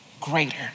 greater